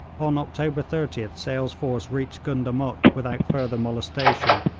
on october thirtieth sale's force reached gundamuk without further molestation,